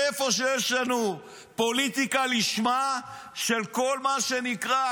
איפה שיש לנו פוליטיקה לשמה של כל מה שנקרא,